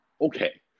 okay